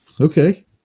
Okay